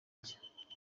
njye